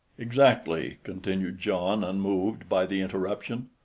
exactly, continued john, unmoved by the interruption.